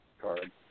card